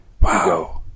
Wow